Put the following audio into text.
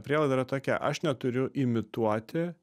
prielaida yra tokia aš neturiu imituoti